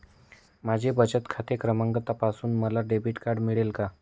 माझा बचत खाते क्रमांक तपासून मला डेबिट कार्ड मिळेल का?